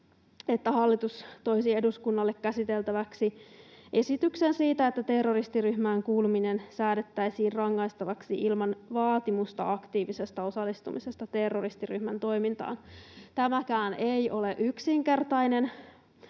että hallitus toisi eduskunnalle käsiteltäväksi esityksen siitä, että terroristiryhmään kuuluminen säädettäisiin rangaistavaksi ilman vaatimusta aktiivisesta osallistumisesta terroristiryhmän toimintaan. Tämäkään ei mahdollisesti